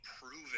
proven